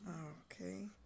Okay